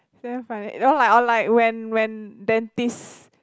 is damn funny you know like or like when when dentist